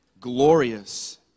glorious